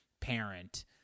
parent